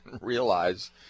realize